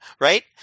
Right